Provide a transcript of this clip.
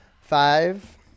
Five